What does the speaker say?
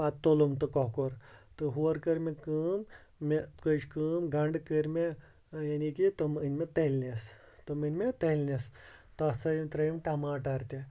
پَتہٕ توٚلُم تہِ کۄکُر تہٕ ہورٕ کٔر مےٚ کٲم مےٚ کٔر کٲم گَنڈٕ کٔرۍ مےٚ یعنے کہِ تُم أنۍ مےٚ تٔلنِس تُم أنۍ مےٚ تٔلنِس تَتھ سۭتۍ ترٲیِم ٹماٹَر تہِ